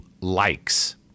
likes